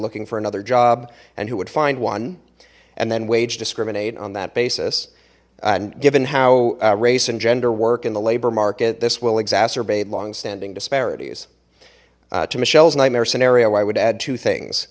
looking for another job and who would find one and then wage discriminate on that basis and given how race and gender work in the labor market this will exacerbate long standing disparities to michelle's nightmare scenario i would add two things